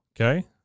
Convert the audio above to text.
Okay